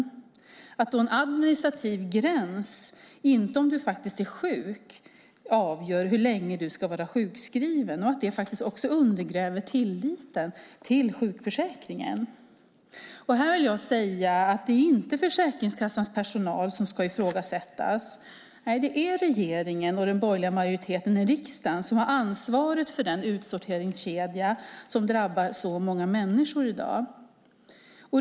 Ser inte ministern att en administrativ gräns, och inte om du faktiskt är sjuk, avgör hur länge du ska vara sjukskriven och att det faktiskt undergräver tilliten till sjukförsäkringen? Det är inte Försäkringskassans personal som ska ifrågasättas, utan det är regeringen och den borgerliga majoriteten i riksdagen som har ansvaret för den utsorteringskedja som drabbar så många människor i dag.